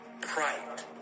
pride